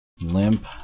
Limp